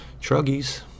truggies